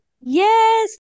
Yes